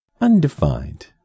Undefined